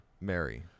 Mary